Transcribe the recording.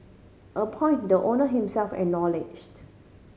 a point the owner himself acknowledged